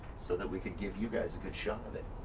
so that we can give you guys a good shot of it.